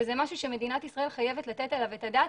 וזה משהו שמדינת ישראל חייבת לתת עליו את הדעת,